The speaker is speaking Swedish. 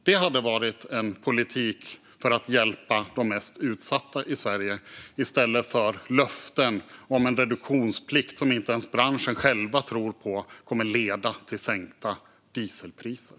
Det hade varit en politik för att hjälpa de mest utsatta i Sverige i stället för dessa löften om en reduktionsplikt, som inte ens branschen själv tror kommer att leda till sänkta dieselpriser.